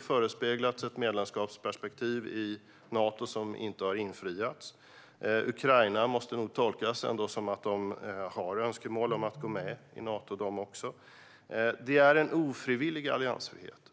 förespeglades ett medlemskapsperspektiv i Nato, men detta har inte infriats. Vad gäller Ukraina måste det tolkas som att även detta land har önskemål om att gå med i Nato. Detta är en ofrivillig alliansfrihet.